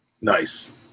Nice